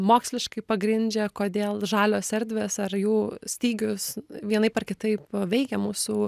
moksliškai pagrindžia kodėl žalios erdvės ar jų stygius vienaip ar kitaip veikia mūsų